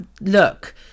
look